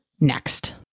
next